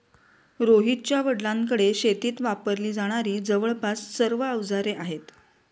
रोहितच्या वडिलांकडे शेतीत वापरली जाणारी जवळपास सर्व अवजारे आहेत